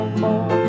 more